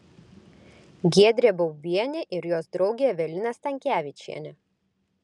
giedrė baubienė ir jos draugė evelina stankevičienė